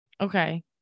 Okay